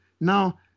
now